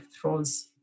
throws